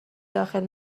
داخل